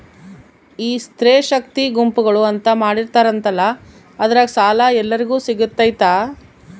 ಈ ಸ್ತ್ರೇ ಶಕ್ತಿ ಗುಂಪುಗಳು ಅಂತ ಮಾಡಿರ್ತಾರಂತಲ ಅದ್ರಾಗ ಸಾಲ ಎಲ್ಲರಿಗೂ ಸಿಗತೈತಾ?